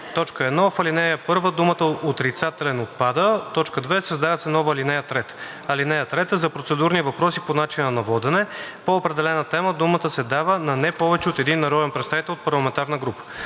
1. В ал. 1 думата „отрицателен“ отпада. 2. Създава се нова ал. 3: „(3) За процедурни въпроси по начина на водене по определена тема думата се дава на не повече от един народен представител от парламентарна група.“